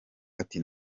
ati